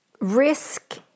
risk